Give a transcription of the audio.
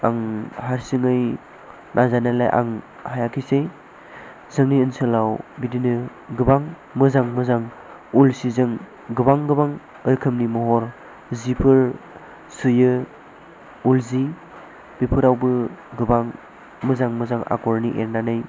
आं हारसिङै नाजानायलाय आं हायाखिसै जोंनि ओनसोलाव बिदिनो गोबां मोजां मोजां उल सिजों गोबां गोबां रोखोमनि महर सिफोर सुयो उल सि बेफोरावबो गोबां मोजां मोजां आगरनि एरनानै